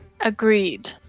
Agreed